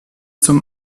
zum